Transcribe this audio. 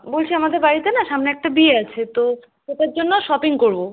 বলছি আমাদের বাড়িতে না সামনে একটা বিয়ে আছে তো সেটার জন্য শপিং করব